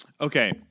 Okay